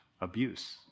abuse